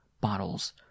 bottles